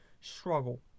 struggle